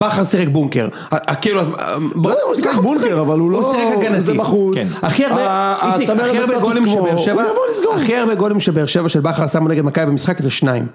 בכר שיחק בונקר. כאילו, אז... לא כל-כך בונקר, אבל הוא לא... שיחק הגנתי, כן. אז זה בחוץ. הכי הרבה גולים שבאר-שבע... הכי הרבה גולים שבאר שבע... שבכר עשה מול נגד מכבי במשחק, זה שניים